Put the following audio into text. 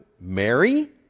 Mary